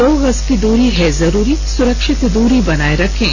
दो गज की दूरी है जरूरी सुरक्षित दूरी बनाए रखें